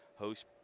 host